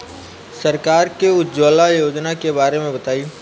सरकार के उज्जवला योजना के बारे में बताईं?